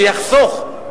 שיחסוך,